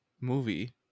movie